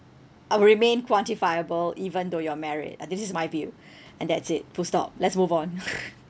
uh will remain quantifiable even though you're married uh this is my view and that's it full stop let's move on